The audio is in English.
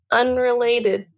unrelated